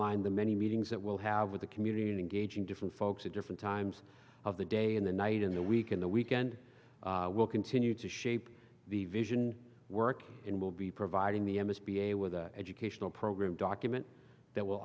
lined the many meetings that we'll have with the community and gauging different folks at different times of the day and the night in the week in the weekend will continue to shape the vision work in will be providing the s b a with an educational program document that will